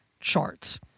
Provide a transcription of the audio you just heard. charts